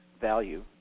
value